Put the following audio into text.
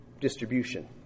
distribution